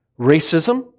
racism